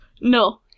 No